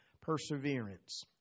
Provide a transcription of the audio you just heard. perseverance